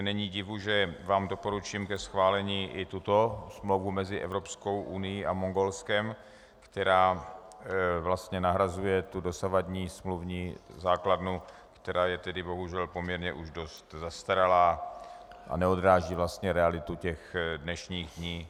Není divu, že vám doporučím ke schválení i tuto smlouvu mezi Evropskou unií a Mongolskem, která vlastně nahrazuje dosavadní smluvní základnu, která je tedy už bohužel poměrně zastaralá a neodráží realitu dnešních dní.